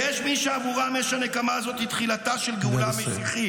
יש מי שעבורם אש הנקמה הזאת היא תחילתה של גאולה משיחית.